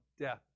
death